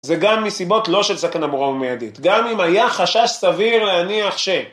זה גם מסיבות לא של סכנה ברורה ומיידית. גם אם היה חשש סביר להניח ש...